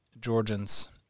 Georgians